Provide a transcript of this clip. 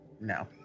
No